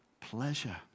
pleasure